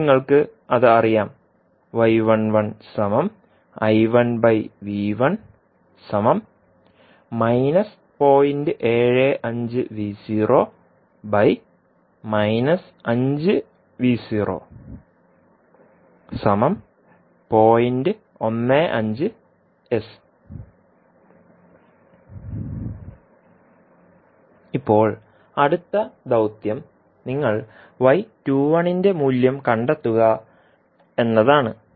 ഇപ്പോൾ നിങ്ങൾക്കത് അറിയാം ഇപ്പോൾ അടുത്ത ദൌത്യം നിങ്ങൾ ന്റെ മൂല്യം കണ്ടെത്തുക എന്നതാണ്